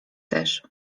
też